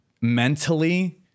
mentally